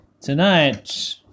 Tonight